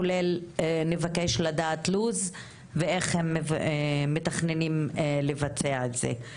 כולל נבקש לדעת לו"ז ואיך הם מתכננים לבצע את זה.